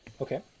Okay